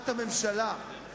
את הממשלה,